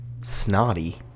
snotty